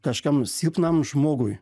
kažkam silpnam žmogui